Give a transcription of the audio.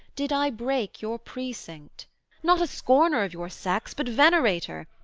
did i break your precinct not a scorner of your sex but venerator,